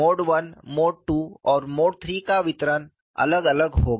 mode I mode II और mode III का वितरण अलग अलग होगा